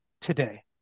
today